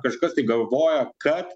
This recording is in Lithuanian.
kažkas tai galvoja kad